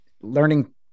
learning